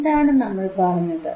എന്താണ് നമ്മൾ പറഞ്ഞത്